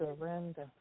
surrender